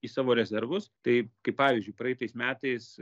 į savo rezervus tai kaip pavyzdžiui praeitais metais